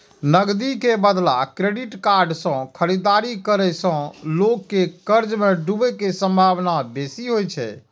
नकदी के बदला क्रेडिट कार्ड सं खरीदारी करै सं लोग के कर्ज मे डूबै के संभावना बेसी होइ छै